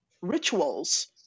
rituals